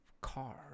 car